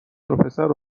وپسرو